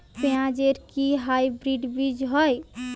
পেঁয়াজ এর কি হাইব্রিড বীজ হয়?